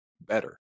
better